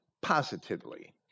positively